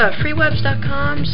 freewebs.com